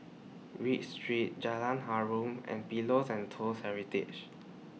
Read Street Jalan Harum and Pillows and Toast Heritage